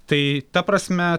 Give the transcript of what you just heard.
tai ta prasme